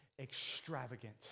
extravagant